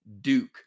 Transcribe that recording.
Duke